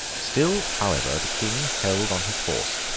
still, however, the king held on his course.